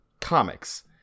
comics